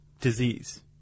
disease